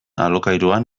alokairuan